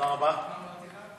לוועדת הכלכלה נתקבלה.